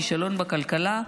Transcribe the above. כישלון בכלכלה.